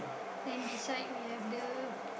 then beside we have the